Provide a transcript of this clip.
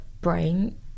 brain